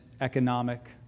economic